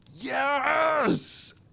Yes